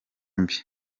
mbi